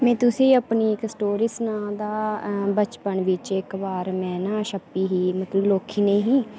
में तुसें ई अपनी इक स्टोरी सनांऽ ता बचपन बिच इक बार ना में छप्पी ही मतलब लोह्की नेही ही